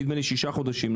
נדמה לי שישה חודשים,